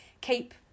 keep